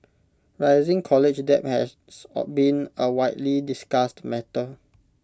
rising college debt has been A widely discussed matter